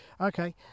Okay